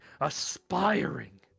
aspiring